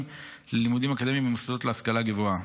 ללימודים אקדמיים במוסדות להשכלה גבוהה.